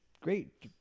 great